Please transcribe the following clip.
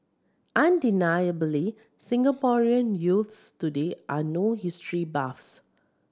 undeniably Singaporean youths today are no history buffs